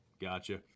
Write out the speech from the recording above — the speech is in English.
gotcha